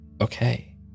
Okay